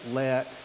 let